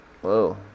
Whoa